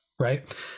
right